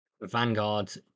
Vanguard's